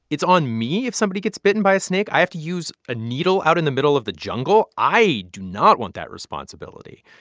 it's on me if somebody gets bitten by a snake. i have to use a needle out in the middle of the jungle. i do not want that responsibility.